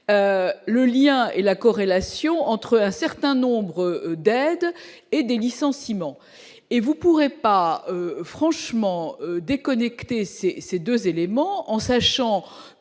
Le lien et la corrélation entre un certain nombre d'aides et des licenciements, et vous pourrez pas franchement déconnecté ces ces 2 éléments, en sachant que